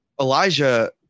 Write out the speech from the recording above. Elijah